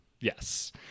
Yes